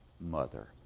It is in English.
mother